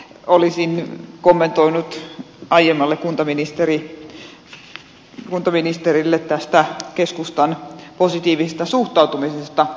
olisin kommentoinut aiemmalle kuntaministerille tästä keskustan positiivisesta suhtautumisesta